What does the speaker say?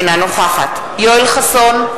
אינה נוכחת יואל חסון,